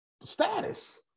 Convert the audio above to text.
status